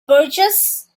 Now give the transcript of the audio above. birches